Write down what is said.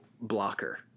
blocker